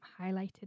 highlighted